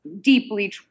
deeply